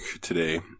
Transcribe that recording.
today